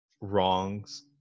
wrongs